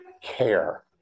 care